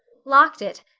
locked it,